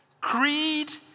creed